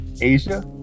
Asia